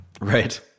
Right